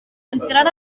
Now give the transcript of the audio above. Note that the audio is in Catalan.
entraren